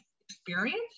experience